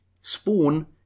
Spawn